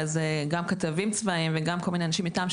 גם כתבים צבאיים וגם כל מיני אנשים מטעם,